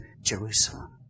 Jerusalem